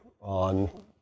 on